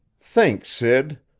think, sid!